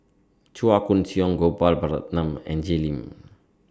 Chua Koon Siong Gopal Baratham and Jay Lim